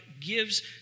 gives